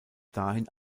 dahin